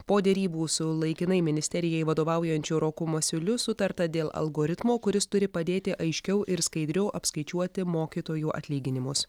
po derybų su laikinai ministerijai vadovaujančiu roku masiuliu sutarta dėl algoritmo kuris turi padėti aiškiau ir skaidriau apskaičiuoti mokytojų atlyginimus